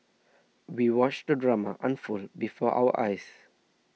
we watched the drama unfold before our eyes